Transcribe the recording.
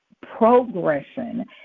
progression